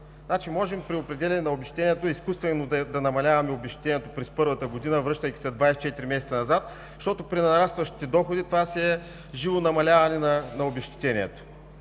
можем при определяне на обезщетението изкуствено да го намаляваме през първата година, връщайки се 24 месеца назад, защото при нарастващите доходи това си е живо намаляване на обезщетението,